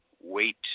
wait